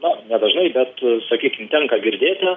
na nedažnai bet sakykim tenka girdėti